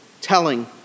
telling